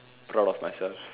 proud of myself